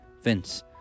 Vince